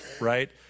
right